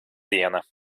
diena